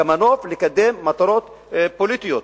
כמנוף לקדם מטרות פוליטיות.